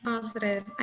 Positive